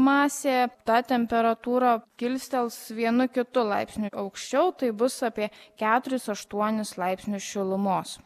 masė tą temperatūrą kilstels vienu kitu laipsniu aukščiau tai bus apie keturis aštuonis laipsnius šilumos